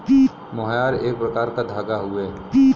मोहायर एक प्रकार क धागा हउवे